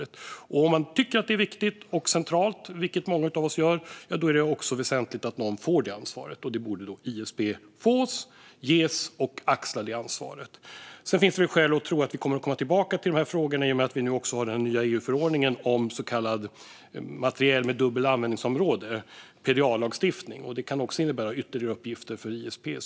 Men tycker man att detta är viktigt och centralt, vilket många av oss gör, är det väsentligt att någon får detta ansvar, vilket ISP borde få och axla. Det finns skäl att tro att vi återkommer till dessa frågor i och med den nya EU-förordningen om materiel med dubbelt användningsområde, PDA-lagstiftningen, vilket kan innebära ytterligare uppgifter för ISP.